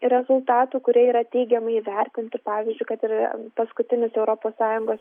rezultatų kurie yra teigiamai įvertinti pavyzdžiui kad ir paskutinis europos sąjungos